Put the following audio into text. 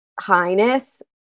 highness